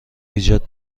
ایجاد